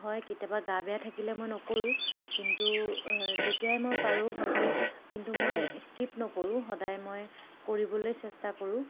হয় কেতিয়াবা গা বেয়া থাকিলে মই নকৰোঁ কিন্তু যেতিয়াই মই পাৰোঁ হয়তো কিন্তু মই স্কিপ নকৰোঁ সদায় মই কৰিবলৈ চেষ্টা কৰোঁ